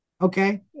okay